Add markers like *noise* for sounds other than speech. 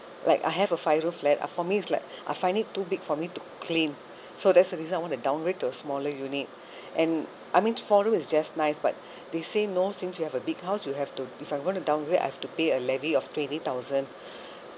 like I have a five room flat uh for me it's like *breath* I find it too big for me to clean so that's a reason I want to downgrade to a smaller unit *breath* and I mean four room is just nice but *breath* they say no since you have a big house you have to if I want to downgrade I have to pay a levy of twenty thousand *breath*